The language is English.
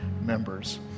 members